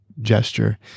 gesture